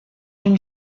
une